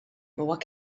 what